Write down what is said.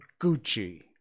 Gucci